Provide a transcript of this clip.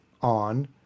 on